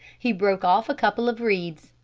he broke off a couple of reeds.